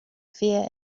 fear